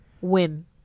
win